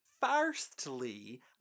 Firstly